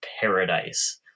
paradise